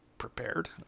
prepared